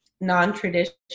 non-traditional